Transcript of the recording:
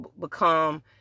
become